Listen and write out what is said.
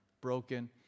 broken